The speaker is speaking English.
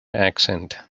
accent